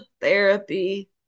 therapy